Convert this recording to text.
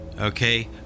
okay